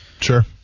Sure